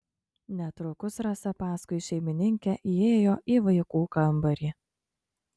netrukus rasa paskui šeimininkę įėjo į vaikų kambarį